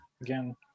again